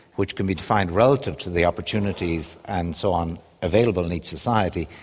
which can be defined relative to the opportunities and so on available in each society.